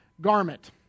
garment